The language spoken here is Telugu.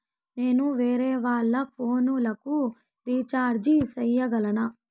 నేను వేరేవాళ్ల ఫోను లకు రీచార్జి సేయగలనా?